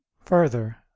Further